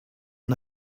got